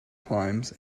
climbs